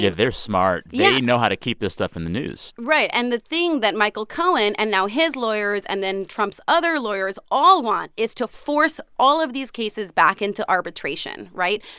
yeah they're smart yeah they know how to keep this stuff in the news right. and the thing that michael cohen, and now his lawyers and then trump's other lawyers all want is to force all of these cases back into arbitration right?